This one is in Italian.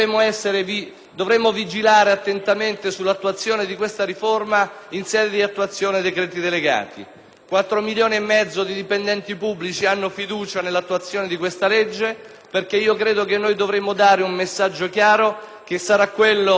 dovremo vigilare attentamente sull'attuazione di questa riforma in sede di attuazione di decreti delegati. Quattro milioni e mezzo di dipendenti pubblici hanno infatti fiducia nell'attuazione di tale provvedimento e credo che dovremo dare un messaggio chiaro, che sarà quello di